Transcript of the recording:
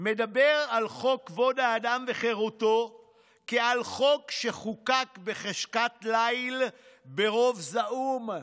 מדבר על חוק כבוד האדם וחירותו כעל חוק שחוקק בחשכת ליל ברוב זעום.